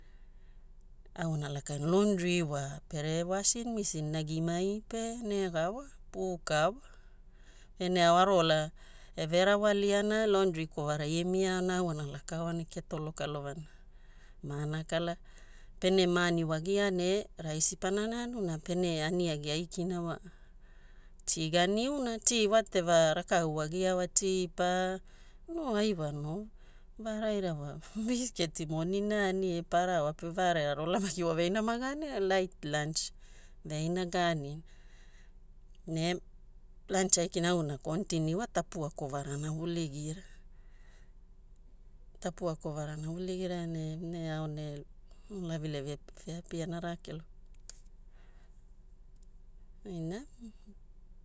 Au ana lakai ne laundry wa pere washing machine na gimai pe negawa puka wa. Ene ao aro ola eve rawaliana laundry kovara ie mia ao na au ana lakaoa ne ketolo kalovana mana kala'a. Pene ma'ani wagia ne raisi pana nanu na pene aniagi aikina wa tea ganiuna, tea whatever rakau wagia wa tea pa no ai wa va'araira wa pitiketi morning na aniai paraoa pe va'araira waveaina maga anina light lunch veaina ga'anina. Ne lunch eaikina au ana continue wa tapua kovara ana vuligira. Tapua kovara ana vuligira ne ene ao ne lavilavi eveapiana araa kelokelona, ina.